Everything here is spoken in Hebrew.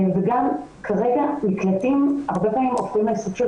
וגם כרגע מקלטים הרבה פעמים הופכים לסוג של